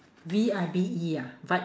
V I B E ah vibe